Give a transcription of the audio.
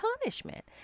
punishment